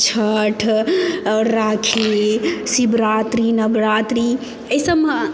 छठ आओर राखी शिवरात्रि नवरात्रि एहि सबमे